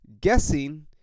guessing